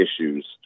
issues